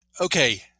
okay